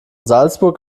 salzburg